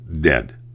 dead